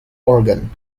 organ